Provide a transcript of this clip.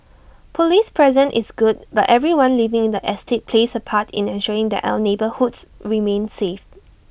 Police presence is good but everyone living in the estate plays A part in ensuring that our neighbourhoods remain safe